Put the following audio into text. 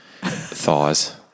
Thighs